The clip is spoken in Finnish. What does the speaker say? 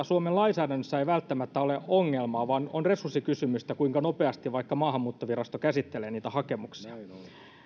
suomen lainsäädännössä ei välttämättä ole ongelmaa vaan on resurssikysymys kuinka nopeasti vaikka maahanmuuttovirasto käsittelee hakemuksia